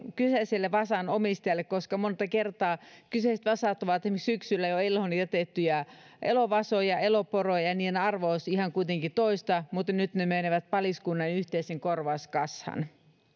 kyseisen vasan omistajalle koska monta kertaa kyseiset vasat ovat esimerkiksi jo syksyllä eloon jätettyjä elovasoja eloporoja ja niiden arvo olisi kuitenkin ihan toista mutta nyt ne menevät paliskunnan yhteiseen korvauskassaan